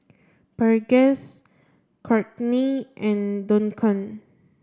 Burgess Courtney and Duncan